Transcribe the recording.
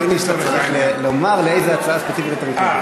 אומרים לי שאתה צריך לומר לאיזה הצעה ספציפית אתה מתנגד.